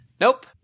Nope